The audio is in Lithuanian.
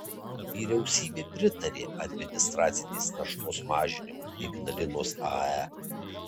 vyriausybė pritarė administracinės naštos mažinimui ignalinos ae